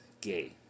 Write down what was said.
gay